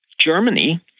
Germany